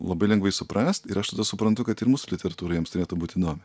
labai lengvai suprast ir aš tada suprantu kad ir mūsų literatūra jiems turėtų būt įdomi